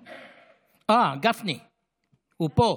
אה, גפני פה.